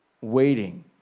waiting